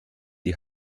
die